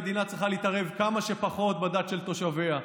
המדינה צריכה להתערב כמה שפחות בדת של תושביה.